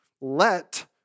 Let